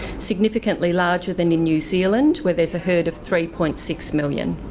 significantly larger than in new zealand where there's a herd of three point six million.